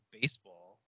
baseball